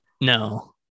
no